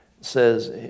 Says